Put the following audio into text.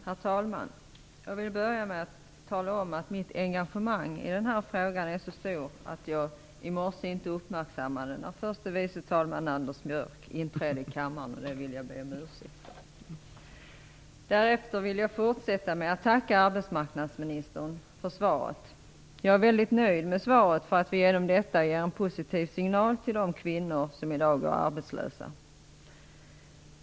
Herr talman! Jag vill börja med att tala om att mitt engagemang i den här frågan är så stort att jag i morse inte uppmärksammade när förste vice talman Anders Björck inträdde i kammaren. Det vill jag be om ursäkt för. Jag vill tacka arbetsmarknadsministern för svaret, som jag är väldigt nöjd med och som ger en positiv signal till de kvinnor som i dag går arbetslösa.